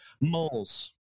moles